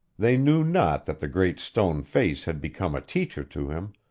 they knew not that the great stone face had become a teacher to him,